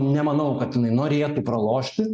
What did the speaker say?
nemanau kad jinai norėtų pralošti